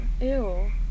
Ew